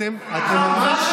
אתם המצאתם את זה.